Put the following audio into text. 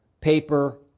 paper